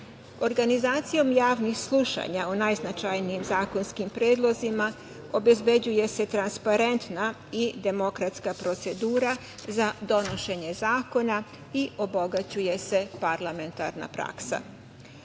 pitanja. Organizacijom javnih slušanja o najznačajnijim zakonskim predlozima obezbeđuje se transparentna i demokratska procedura za donošenje zakona i obogaćuje se parlamentarna praksa.